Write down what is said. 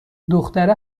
دختره